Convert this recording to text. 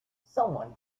someone